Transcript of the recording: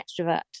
extrovert